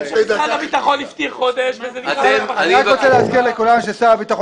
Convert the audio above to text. אני רק רוצה להזכיר לכולם ששר הביטחון